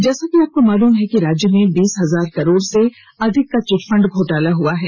जैसा कि आपको मालूम है कि राज्य में बीस हजार करोड़ से अधिक का चिटफंड घोटाला हुआ है